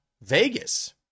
vegas